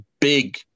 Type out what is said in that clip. Big